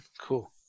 Cool